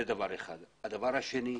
הדבר השני,